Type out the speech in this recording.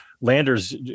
Lander's